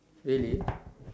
really